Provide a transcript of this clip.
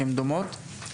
כי הן זהות.